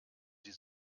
die